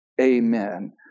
Amen